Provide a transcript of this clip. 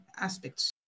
aspects